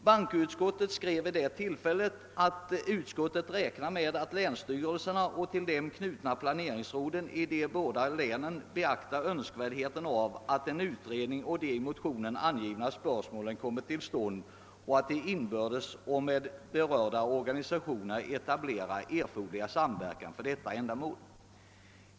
Bankoutskottet skrev vid detta tillfälle att utskottet räknade med att länsstyrelserna och de till dem knutna planeringsråden i de båda länen beaktade önskvärdheten av att en utredning om de i motionen angivna spörsmålen kommer till stånd och att de inbördes och med berörda organisationer etablerar erforderlig samverkan för detta ändamål.